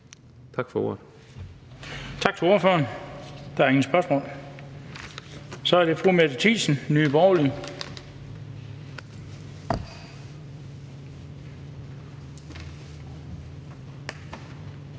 Bøgsted): Tak til ordføreren. Der er ingen spørgsmål. Så er det fru Mette Thiesen, Nye Borgerlige.